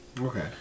Okay